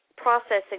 processing